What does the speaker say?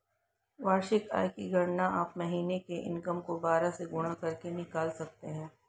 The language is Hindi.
वार्षिक आय की गणना आप महीने की इनकम को बारह से गुणा करके निकाल सकते है